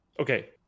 Okay